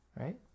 right